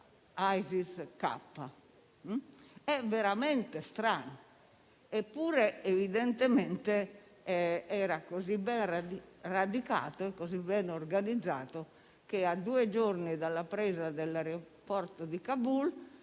ISIS-K. È veramente strano, eppure, evidentemente, era così ben radicato e così ben organizzato che, a due giorni dalla presa dell'aeroporto di Kabul,